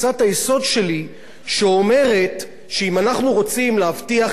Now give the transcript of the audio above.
שאומרת שאם אנחנו רוצים להבטיח יצירתיות ופלורליזם,